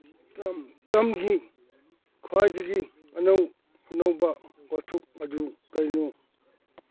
ꯇ꯭ꯔꯝꯞꯒꯤ ꯈ꯭ꯋꯥꯏꯗꯒꯤ ꯑꯅꯧꯕ ꯋꯥꯊꯣꯛ ꯑꯗꯨ ꯀꯔꯤꯅꯣ